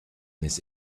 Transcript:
this